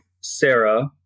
Sarah